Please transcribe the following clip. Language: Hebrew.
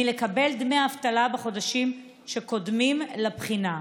מלקבל דמי אבטלה בחודשים שקודמים לבחינה.